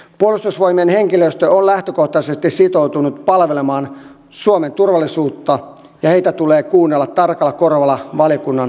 puolustusvoimien henkilöstö on lähtökohtaisesti sitoutunut palvelemaan suomen turvallisuutta ja heitä tulee kuunnella tarkalla korvalla valiokunnan käsittelyssä